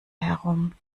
herum